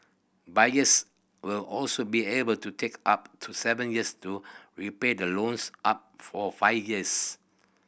buyers will also be able to take up to seven years to repay the loans up for five years